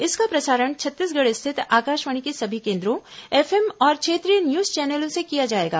इसका प्रसारण छत्तीसगढ़ स्थित आकाशवाणी के सभी केन्द्रों एफएम और क्षेत्रीय न्यूज चैनलों से किया जाएगा